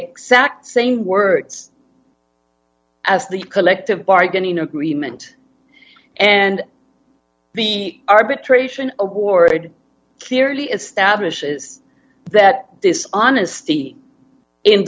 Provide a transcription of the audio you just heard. exact same words as the collective bargaining agreement and the arbitration award clearly establishes that this honesty in